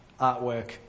artwork